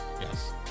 Yes